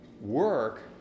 work